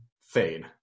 fade